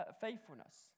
faithfulness